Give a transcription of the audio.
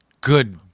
good